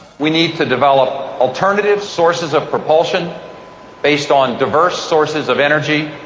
we need to develop alternative sources of propulsion based on diverse sources of energy.